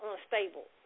unstable